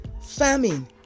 famine